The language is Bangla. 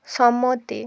সম্মতি